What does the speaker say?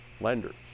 lenders